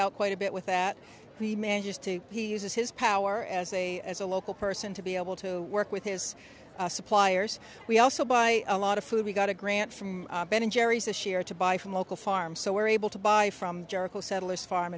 out quite a bit with that he manages to he uses his power as a as a local person to be able to work with his suppliers we also buy a lot of food we got a grant from ben and jerry's this year to buy from local farms so we're able to buy from jericho settlers farm